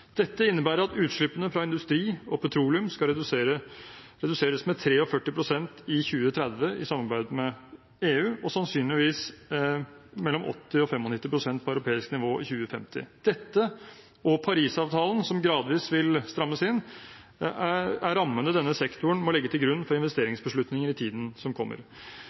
Dette innebærer at utslippene fra industri og petroleum skal reduseres med 43 pst. i 2030 i samarbeid med EU, og sannsynligvis mellom 80 og 95 pst. på europeisk nivå i 2050. Dette og Paris-avtalen, som gradvis vil strammes inn, er rammene denne sektoren må legge til grunn for investeringsbeslutninger i tiden som kommer.